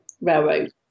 railroad